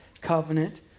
covenant